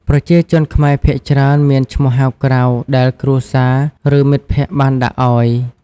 ប្រជាជនខ្មែរភាគច្រើនមានឈ្មោះហៅក្រៅដែលគ្រួសារ ឬមិត្តភក្តិបានដាក់ឲ្យ។